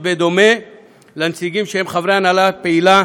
בדומה לנציגים שהם חברי ההנהלה הפעילה